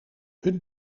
hun